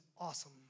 awesome